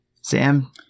Sam